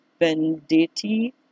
Venditti